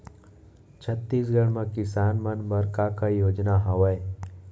छत्तीसगढ़ म किसान मन बर का का योजनाएं हवय?